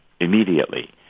immediately